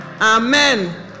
amen